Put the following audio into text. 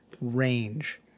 range